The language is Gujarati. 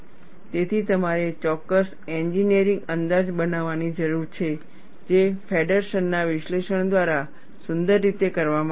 તેથી તમારે ચોક્કસ એન્જિનિયરિંગ અંદાજ બનાવવાની જરૂર છે જે ફેડરસનના વિશ્લેષણ દ્વારા સુંદર રીતે કરવામાં આવે છે